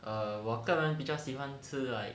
err 我个人比较喜欢吃 like